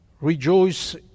Rejoice